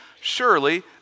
surely